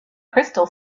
crystal